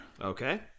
Okay